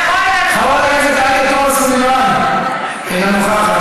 הכנסת עאידה תומא סלימאן, אינה נוכחת.